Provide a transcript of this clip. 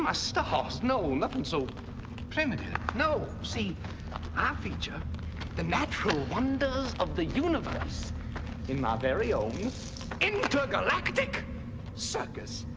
my stars, um so no, nothing so primitive. no, see i ah feature the natural wonders of the universe in my very own intergalactic circus.